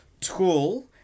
Tool